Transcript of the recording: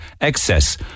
excess